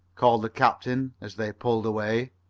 called the captain, as they pulled away.